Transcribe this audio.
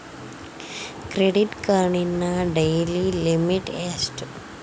Credit ಕಾರ್ಡಿನ daily limit ಎಷ್ಟು?